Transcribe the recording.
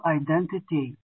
identity